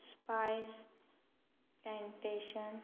spice temptation